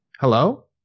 Hello